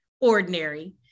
ordinary